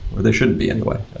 or they shouldn't be anyway.